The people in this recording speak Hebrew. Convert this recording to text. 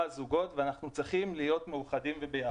זוגות ואנחנו צריכים להיות מאוחדים וביחד.